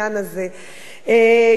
יש כאן עוול היסטורי,